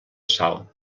sal